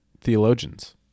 theologians